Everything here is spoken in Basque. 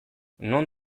non